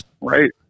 Right